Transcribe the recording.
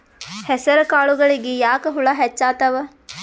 ಹೆಸರ ಕಾಳುಗಳಿಗಿ ಯಾಕ ಹುಳ ಹೆಚ್ಚಾತವ?